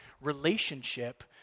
relationship